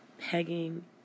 pegging